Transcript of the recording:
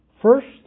First